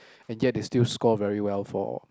and yet they still score very well for